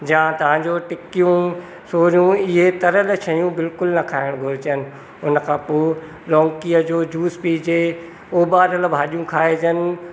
या तव्हांजो टिकियूं सोरियूं इहे तरियल शयूं बिलकुलु न खाइणु घुरिजनि उनखां पोइ लौकीअ जो जूस पीअजे ओॿारियल भाॼियूं खाइजनि